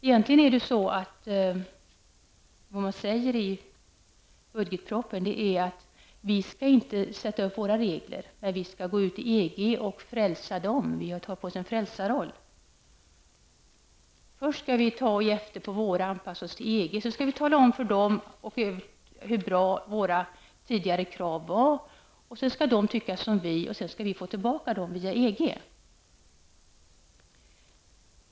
Vad som egentligen sägs i budgetpropositionen är att vi inte skall sätta upp våra regler när vi skall gå ut till EG och frälsa EG. Vi tar på oss en frälsarroll. Först skall vi ge efter i fråga om våra krav och anpassa oss till EG. Sedan skall vi tala om för EG hur bra våra tidigare krav var, och därefter skall EG tycka som vi, och vi skall därigenom få tillbaka våra regler via EG.